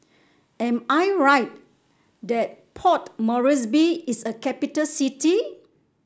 am I right that Port Moresby is a capital city